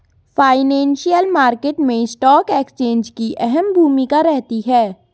financial market मैं stock exchange की अहम भूमिका रहती है